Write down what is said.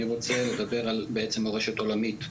אני רוצה לדבר על מורשת עולמית.